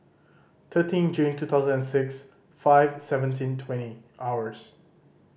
thirteen June two thousand and six five seventeen twenty hours